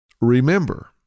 Remember